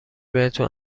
بهتون